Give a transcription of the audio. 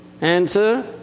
Answer